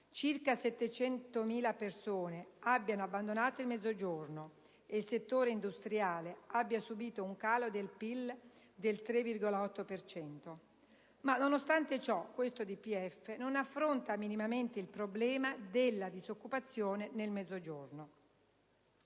circa 700.000 persone hanno abbandonato il Mezzogiorno e il settore industriale ha subito un calo del PIL del 3,8 per cento. Ma, nonostante ciò, questo DPEF non affronta minimamente il problema della disoccupazione nel Mezzogiorno.